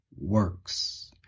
works